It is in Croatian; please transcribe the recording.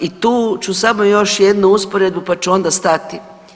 I tu ću samo još jednu usporedbu pa ću onda stati.